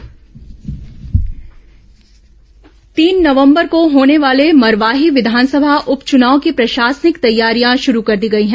मरवाही उपचुनाव तीन नवंबर को होने वाले मरवाही विधानसभा उपच्नाव की प्रशासनिक तैयारियां शुरू कर दी गई हैं